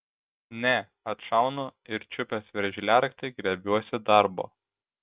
ne atšaunu ir čiupęs veržliaraktį griebiuosi darbo